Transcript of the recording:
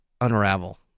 unravel